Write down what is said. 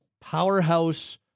powerhouse